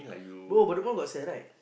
bro but the mall got sell right